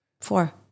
Four